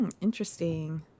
Interesting